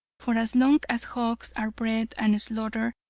for as long as hogs are bred and slaughtered,